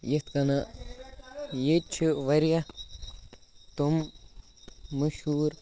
یِتھ کَنہٕ ییٚتہِ چھِ واریاہ تِم مشہوٗر